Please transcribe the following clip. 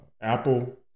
Apple